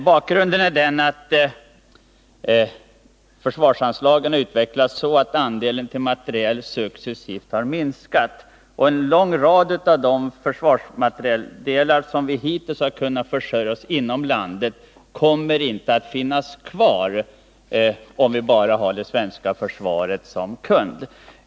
Bakgrunden är att utvecklingen när det gäller försvarsanslagen har lett till en successiv minskning av den andel som går till materieltillverkningen, och en lång rad av de försvarsmaterieldelar med vilka vi hittills har kunnat försörja oss själva kommer inte att kunna tillverkas, om vi bara har det svenska försvaret som kund.